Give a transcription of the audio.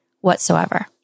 whatsoever